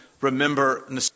remember